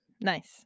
Nice